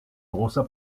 großer